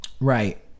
Right